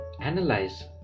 analyze